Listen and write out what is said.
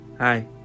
Hi